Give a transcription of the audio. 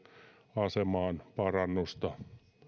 asemaan parannusta